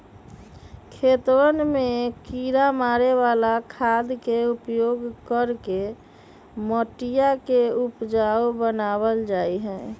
खेतवन में किड़ा मारे वाला खाद के उपयोग करके मटिया के उपजाऊ बनावल जाहई